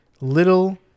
little